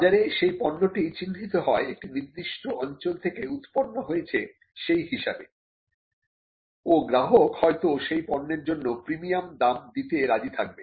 বাজারে সেই পণ্যটি চিহ্নিত হয় একটি নির্দিষ্ট অঞ্চল থেকে উৎপন্ন হয়েছে সেই হিসাবে ও গ্রাহক হয়তো সেই পণ্যের জন্য প্রিমিয়াম দাম দিতে রাজী থাকবে